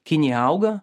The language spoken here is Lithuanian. kinija auga